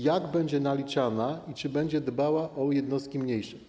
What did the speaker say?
Jak będzie naliczana, czy będzie dbała o jednostki mniejsze?